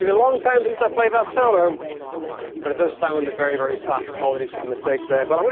you know long time since i've played that solo but it does sound it very very slash apologies for the mistakes there but i mean